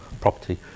property